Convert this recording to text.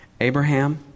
Abraham